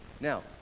Now